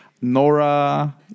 Nora